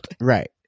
Right